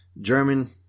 German